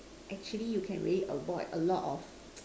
actually you can really avoid a lot of